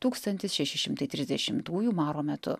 tūkstantis šeši šimtai trisdešimtųjų maro metu